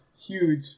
huge